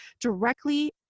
directly